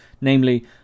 Namely